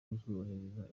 kuzubahiriza